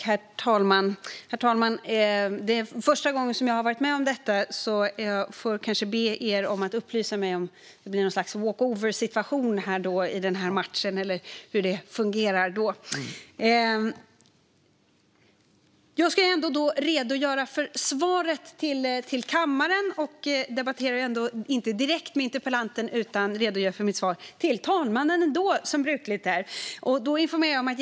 Herr talman! Interpellanten är inte närvarande i salen när jag nu ska avge interpellationssvaret. Det är första gången jag varit med om detta. Jag vet inte hur det fungerar och om det blir något slags walkoversituation i den här matchen. Jag debatterar därmed inte direkt med interpellanten, men jag redogör ändå som brukligt är för mitt svar inför talmannen.